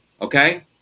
okay